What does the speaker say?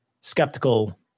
skeptical